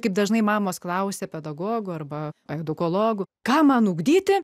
kaip dažnai mamos klausė pedagogų arba edukologų ką man ugdyti